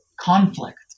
conflict